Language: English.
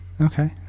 Okay